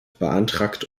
beantragt